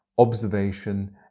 observation